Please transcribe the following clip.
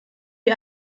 wir